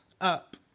up